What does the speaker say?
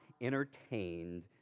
entertained